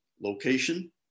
location